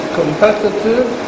competitive